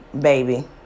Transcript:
baby